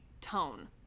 tone